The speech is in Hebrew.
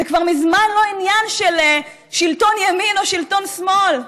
זה כבר מזמן לא עניין של שלטון ימין או שלטון שמאל.